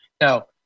now